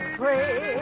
pray